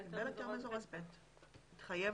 אנחנו מדברים